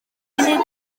munud